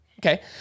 Okay